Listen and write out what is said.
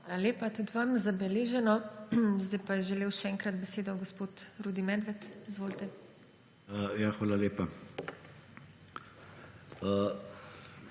Hvala lepa tudi vam. Zabeleženo. Sedaj pa je želel še enkrat besedo gospod Rudi Medved. Izvolite. RUDI